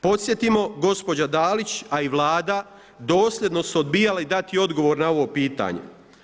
Podsjetimo gospođa Dalić a i Vlada dosljedno su odbijali dati odgovor na ovo pitanje.